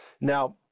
Now